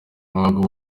ntabwo